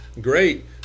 Great